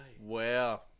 Wow